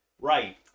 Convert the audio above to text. right